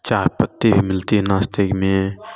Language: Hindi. चाय पत्ती भी मिलती है नाश्ते में